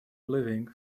living